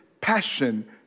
passion